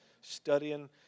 studying